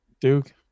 Duke